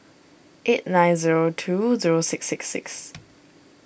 eight nine zero two zero six six six